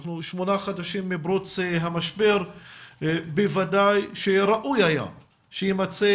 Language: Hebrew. אנחנו שמונה חודשים מפרוץ המשבר ובוודאי שראוי היה שיימצא